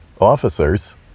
officers